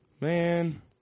man